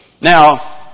Now